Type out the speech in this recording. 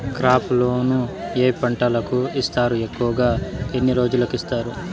crop loan ఏ పంటలకు ఇస్తారు ఎక్కువగా ఎన్ని రోజులకి ఇస్తారు